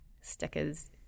stickers